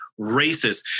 racist